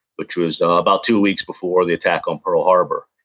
which was about two weeks before the attack on pearl harbor,